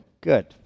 good